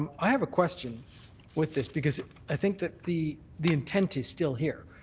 um i have a question with this because i think that the the intent is still here.